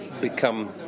become